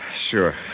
Sure